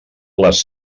les